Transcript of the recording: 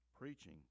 preaching